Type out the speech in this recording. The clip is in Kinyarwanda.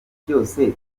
ibyose